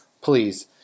please